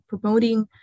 promoting